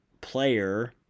player